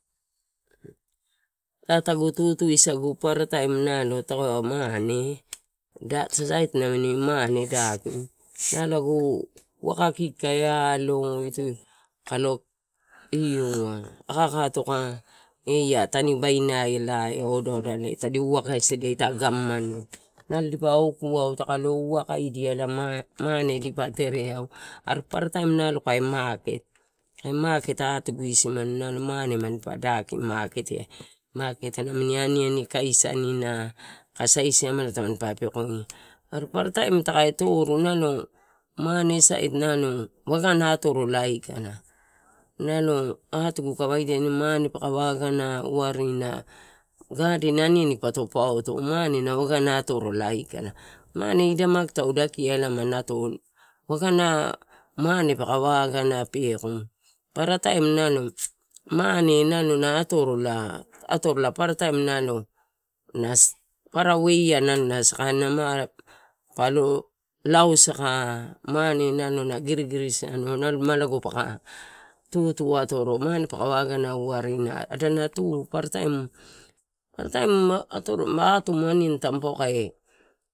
Ita tagu tutu sagu paparataim nalo takaua mane, daki sait namini mane, daki, nalo agu waka kiki kai aio itoi kalo ioua aka, aka, toa, eai tani bainaleai ee. Ia oda odale tadi waka sadia ita govaman iai, nalo dipa okuau, takalo uwakadia ela mane dipa tereau are paparataim nalo kai maket. Kai maket atugu isimani nalo mane manpa daki maket ai. Maket nami aniani kaisanina aka sai siamela tanipa pekoia. Are parataim ta kai toru mane sait nalo uagaha atorola, nalo atugu kai waidia nimu mane paka uaga, warina gaden aniani pato pauto, mane na waga atorola aikala. Mane idai maki tau dakia ela ma nalo, wagana mane paka wagana peko, paparataim nalo na sakanina ma palo lau saka, mane nalo na girigig anua nalo malagopuka tutu atoro, mane paka waga warina adana tu paparataim, paparataim atoro atumu aniani tampuakae.